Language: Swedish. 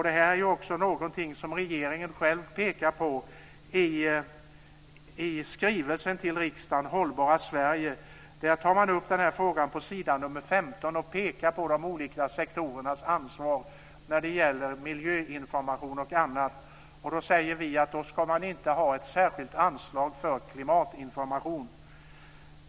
Det här är också någonting som regeringen själv pekar på i skrivelsen till riksdagen Hållbara Sverige. Där tar man upp den här frågan på s. 15 och pekar på de olika sektorernas ansvar när det gäller miljöinformation och annat. Då säger vi att man inte ska ha ett särskilt anslag för klimatinformation.